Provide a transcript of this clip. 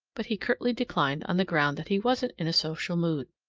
but he curtly declined on the ground that he wasn't in a social mood.